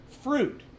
fruit